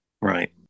Right